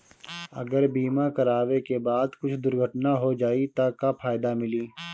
अगर बीमा करावे के बाद कुछ दुर्घटना हो जाई त का फायदा मिली?